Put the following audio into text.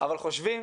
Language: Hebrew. אבל אנחנו חושבים